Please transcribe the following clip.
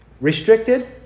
restricted